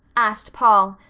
asked paul,